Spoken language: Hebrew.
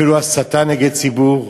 אפילו הסתה נגד ציבור,